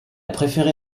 préféré